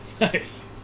Nice